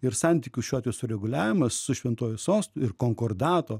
ir santykių šiuo atveju sureguliavimas su šventuoju sostu ir konkordato